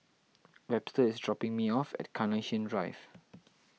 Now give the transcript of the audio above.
Webster is dropping me off at Carnation Drive